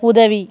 உதவி